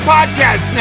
Podcast